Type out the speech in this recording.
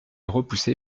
repoussé